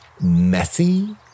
messy